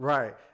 Right